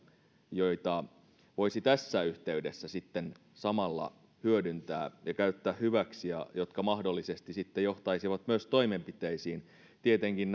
joita voisi tässä yhteydessä sitten samalla hyödyntää ja käyttää hyväksi ja jotka mahdollisesti sitten johtaisivat myös toimenpiteisiin tietenkin